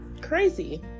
crazy